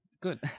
good